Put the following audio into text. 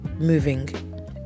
moving